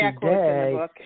today